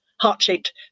heart-shaped